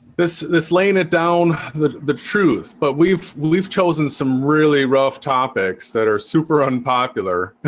this this laying it down the the truth, but we've we've chosen some really rough topics that are super unpopular